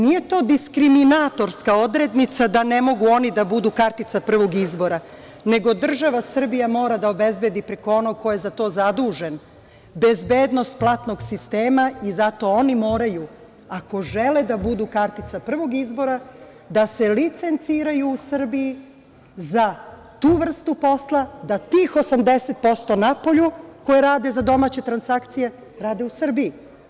Nije to diskriminatorska odrednica da ne mogu oni da budu kartica prvog izvora, nego država Srbija mora da obezbedi preko onog ko je za to zadužen, bezbednost platnog sistema i zato oni moraju, ako žele da budu kartica prvog izbora da se licenciraju u Srbiji za tu vrstu posla, da tih 80% napolju koji rade za domaće transkacije, rade u Srbiji.